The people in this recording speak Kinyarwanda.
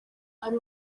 ari